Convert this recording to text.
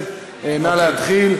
פינוי-בינוי: קודם כול תפנו את העובדים,